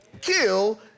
kill